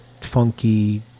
funky